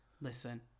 listen